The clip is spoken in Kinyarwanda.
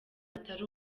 atari